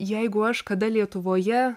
jeigu aš kada lietuvoje